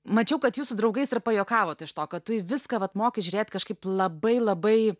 mačiau kad jūs su draugais ir pajuokavot iš to kad tu į viską vat moki žiūrėt kažkaip labai labai